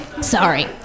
Sorry